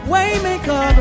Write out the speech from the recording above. Waymaker